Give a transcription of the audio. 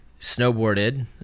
snowboarded